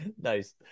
Nice